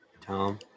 Tom